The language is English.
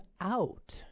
out